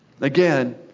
Again